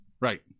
Right